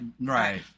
right